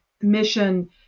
mission